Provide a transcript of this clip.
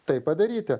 tai padaryti